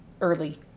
early